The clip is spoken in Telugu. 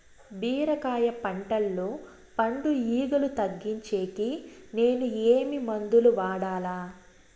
బీరకాయ పంటల్లో పండు ఈగలు తగ్గించేకి నేను ఏమి మందులు వాడాలా?